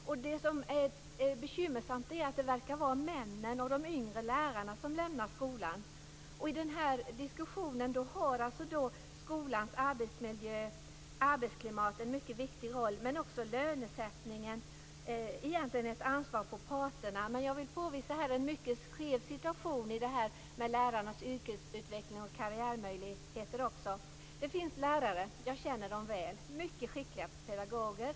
Det som är bekymmersamt är att det verkar vara männen och de yngre lärarna som lämnar skolan. I den här diskussionen har skolans arbetsmiljö, skolans arbetsklimat, en mycket viktig roll. Men det gäller också lönesättningen - egentligen ett ansvar som ligger på parterna. Men jag vill påvisa en mycket skev situation i det här med lärarnas yrkesutveckling och karriärmöjligheter. Det finns lärare - jag känner dem väl - som är mycket skickliga pedagoger.